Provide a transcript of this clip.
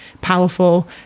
powerful